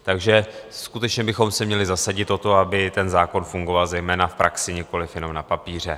Takže skutečně bychom se měli zasadit o to, aby ten zákon fungoval zejména v praxi, nikoliv jenom na papíře.